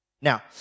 Now